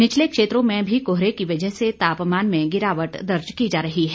निचले क्षेत्रों में भी कोहरे की वजह से तापमान में गिरावट दर्ज की जा रही है